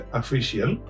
official